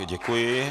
Děkuji.